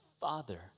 Father